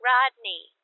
Rodney